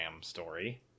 story